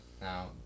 Now